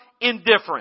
indifferent